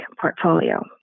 portfolio